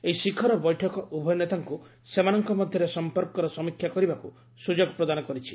ଏହି ଶିଖର ବୈଠକ ଉଭୟ ନେତାଙ୍କୁ ସେମାନଙ୍କ ମଧ୍ୟରେ ସଂପର୍କର ସମୀକ୍ଷା କରିବାକୁ ସୁଯୋଗ ପ୍ରଦାନ କରିଛି